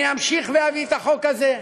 אני אמשיך ואביא את החוק הזה,